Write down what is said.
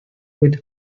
with